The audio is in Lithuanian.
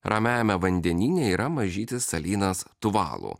ramiajame vandenyne yra mažytis salynas tuvalu